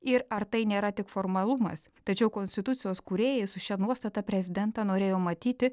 ir ar tai nėra tik formalumas tačiau konstitucijos kūrėjai su šia nuostata prezidentą norėjo matyti